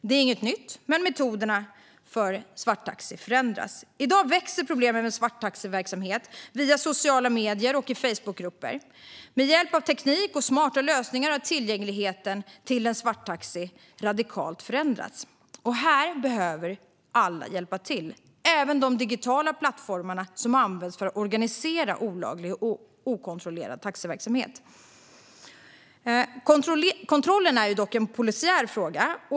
Det är inget nytt, men metoderna för svarttaxi förändras. I dag växer problemen med svarttaxiverksamhet via sociala medier och Facebookgrupper. Med hjälp av teknik och smarta lösningar har tillgängligheten radikalt förändrats. Här behöver alla hjälpa till, även de digitala plattformar som används för att organisera olaglig och okontrollerad taxiverksamhet. Kontrollerna är dock en polisiär fråga.